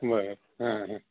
बरं हां हं